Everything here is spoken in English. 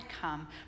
come